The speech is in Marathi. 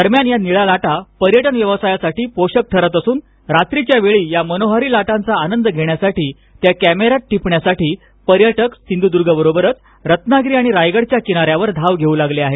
दरम्यान या निळ्या लाटा पर्यटन व्यवसायासाठी साठी पोषक ठरत असून रात्रीच्या वेळी या मनोहारी लाटांचा आनंद घेण्यासाठी त्या कॅमेरात टिपण्यासाठी पर्यटक सिंधुदुर्ग बरोबरच रत्नागिरी आणि रायगडच्या किनाऱ्यावर धाव घेऊ लागले आहेत